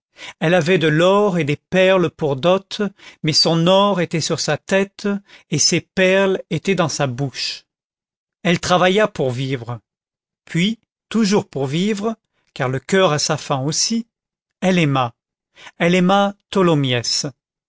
elle avait de l'or et des perles pour dot mais son or était sur sa tête et ses perles étaient dans sa bouche elle travailla pour vivre puis toujours pour vivre car le coeur a sa faim aussi elle aima